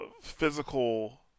physical